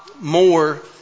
more